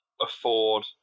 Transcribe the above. afford